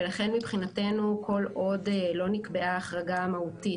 ולכן מבחינתנו כל עוד לא נקבעה החרגה מהותית